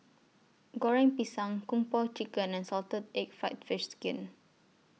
Goreng Pisang Kung Po Chicken and Salted Egg Fried Fish Skin